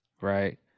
right